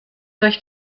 durch